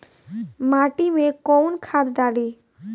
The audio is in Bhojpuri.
माटी में कोउन खाद डाली?